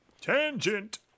Tangent